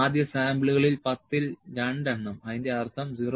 ആദ്യ സാമ്പിളുകളിൽ 10 ൽ 2 എണ്ണം അതിന്റെ അർത്ഥം 0